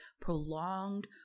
prolonged